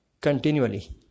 Continually